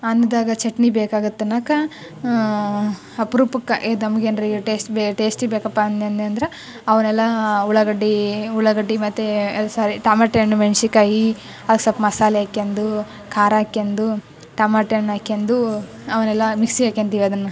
ಅನ್ನದಾಗ ಚಟ್ನಿ ಬೇಕಾಗುತ್ತೆ ಅನ್ನೊಕೆ ಅಪ್ರೂಪಕ್ಕೆ ಇದು ನಮಗೆ ಏನರೆ ಟೇಸ್ಟ್ ಬೇ ಟೇಸ್ಟಿ ಬೇಕಪ್ಪ ಅಂದೆನಂದೆನಂದ್ರ ಅವುನೆಲ್ಲಾ ಉಳ್ಳಾಗಡ್ಡಿ ಉಳ್ಳಾಗಡ್ಡಿ ಮತ್ತೆ ಸರಿ ಟಮಾಟೆ ಹಣ್ಣು ಮೆಣ್ಸಿಕಾಯಿ ಅದ್ಕೆ ಸ್ವಲ್ಪ ಮಸಾಲೆ ಹಾಕ್ಯಂದು ಖಾರ ಹಾಕ್ಯಂದು ಟಮಾಟೆ ಹಣ್ಣು ಹಾಕ್ಯಂದು ಅವನ್ನೆಲ್ಲಾ ಮಿಕ್ಸಿಗೆ ಹಾಕ್ಯಂತೀವಿ ಅದನ್ನು